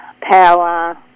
power